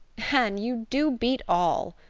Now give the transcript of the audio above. anne, you do beat all!